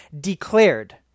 declared